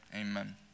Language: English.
amen